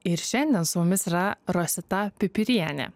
ir šiandien su mumis yra rosita pipirienė